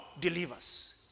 delivers